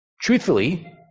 Truthfully